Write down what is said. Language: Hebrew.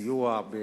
וסיוע,